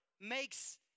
makes